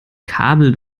kabel